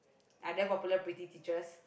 are there popular pretty teachers